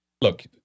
Look